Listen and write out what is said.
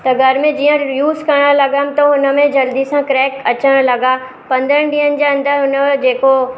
त घर में जीअं यूस करणु लॻमि त हुनमें जल्दी सां क्रैक अचण लॻा पंद्रनि ॾींअंनि जा अंदरु हुन जो जेको